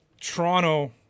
Toronto